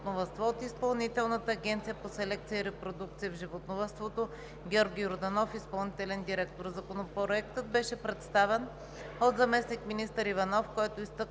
от Изпълнителната агенция по селекция и репродукция в животновъдството: Георги Йорданов – изпълнителен директор. Законопроектът беше представен от заместник-министър Иванов,